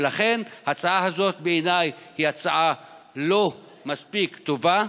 ולכן ההצעה הזאת בעיניי היא הצעה לא מספיק טובה.